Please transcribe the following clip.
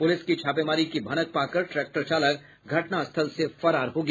police की छापेमारी की भनक पाकर ट्रैक्टर चालक घटनास्थल से फरार हो गया